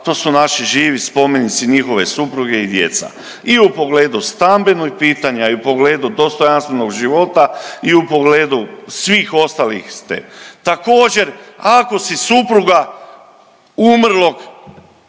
to su naši živi spomenici, njihove supruge i djeca i u pogledu stambenog pitanja i u pogledu dostojanstvenog života i u pogledu svih ostalih. Također ako si supruga umrlog